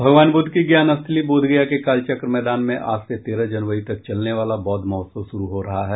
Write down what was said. भगवान बुद्ध की ज्ञानस्थली बोधगया के कालचक्र मैदान में आज से तेरह जनवरी तक चलने वाला बौद्ध महोत्सव शुरू हो रहा है